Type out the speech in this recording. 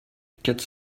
quatre